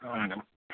ହଁ ମ୍ୟାଡାମ